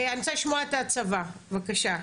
אני רוצה לשמוע את הצבא, בבקשה.